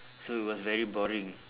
so it was very boring